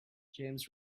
james